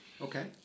Okay